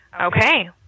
Okay